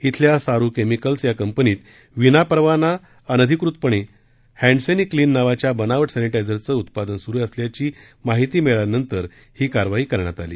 इथल्या सारु केमिकल्स या कंपनीत विनापरवाना अनधिकृतपणे हैण्डसेनी क्लीन नावाच्या बनावट सेनिटायझरचे उत्पादन स्रू असल्याची माहिती मिळाल्यानंतर ही कारवाई करण्यात आली